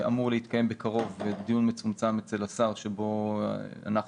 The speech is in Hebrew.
בקרוב אמור להתקיים דיון מצומצם אצל השר בו אנחנו,